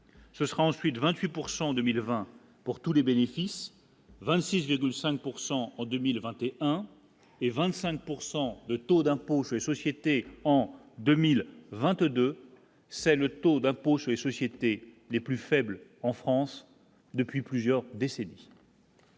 Ce sera ensuite 28 pourcent en 2020 pour tous les bénéfices 26,5 pourcent en 2020 et 1 et 25 pourcent de taux d'impôts ces sociétés en 2022. C'est le taux d'impôt sur les sociétés les plus faibles en France depuis plusieurs décennies.